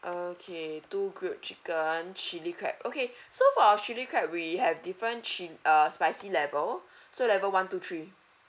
okay two grilled chicken chilli crab okay so for chilli crab we have different chil~ uh spicy level so level one two three